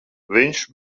viņš